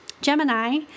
gemini